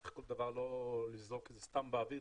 לא לזרוק סתם באוויר,